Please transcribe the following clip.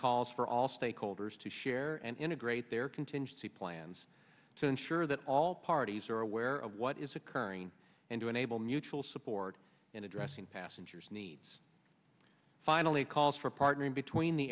calls for all stakeholders to share and integrate their contingency plans to ensure that all parties are aware of what is occurring and to enable mutual support in addressing passengers needs finally calls for partnering between the